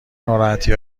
ناراحتی